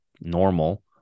normal